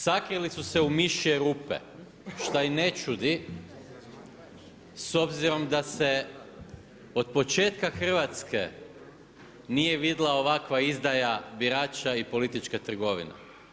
Sakrili su se u mišje rupe, šta i ne čudi s obzirom da se od početka Hrvatske nije vidjela ovakva izdaja birača i politička trgovina.